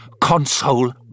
console